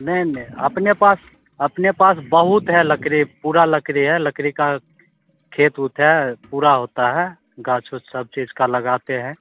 नहीं नहीं आपने पास अपने पास बहुत है लकड़ी पूरा लकड़ी है लकड़ी का खेत उत है पूरा होता है गाछ उछ सब चीज का लगाते हैं